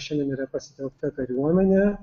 šiandien yra pasitelkta kariuomenė